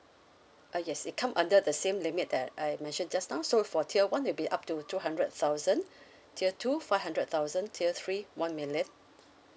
uh yes it come under the same limit that I mentioned just now so for tier one will be up to two hundred thousand tier two five hundred thousand tier three one million